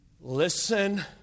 Listen